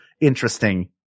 interesting